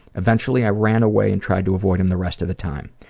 eventually i ran away and tried to avoid him the rest of the time.